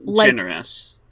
generous